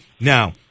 now